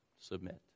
submit